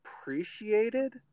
appreciated